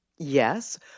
Yes